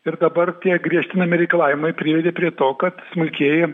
ir dabar tie griežtinami reikalavimai privedė prie to kad smulkieji